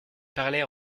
parlait